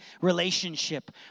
relationship